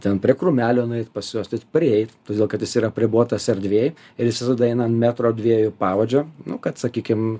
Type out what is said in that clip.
ten prie krūmelio nueit pas juos tai prieit todėl kad jis yra apribotas erdvėj ir jis visada eina an metro dviejų pavadžio nu kad sakykim